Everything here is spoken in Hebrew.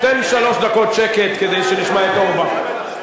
חשבתי שהיא התכוונה אליכם,